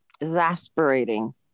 exasperating